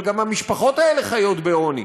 אבל גם המשפחות האלה חיות בעוני.